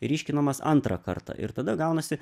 ryškinamas antrą kartą ir tada gaunasi